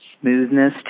smoothness